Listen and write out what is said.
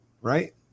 right